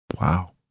Wow